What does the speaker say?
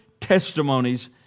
testimonies